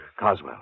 Coswell